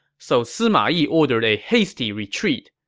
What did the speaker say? so sima yi ordered a hasty retreat.